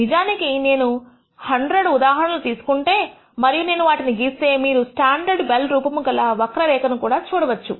నిజానికి నేను 100 ఉదాహరణలు తీసుకుంటే మరియు నేను వాటిని గీస్తే మీరు స్టాండర్డ్ బెల్ రూపము గల వక్ర రేఖ ను కూడా చూడవచ్చు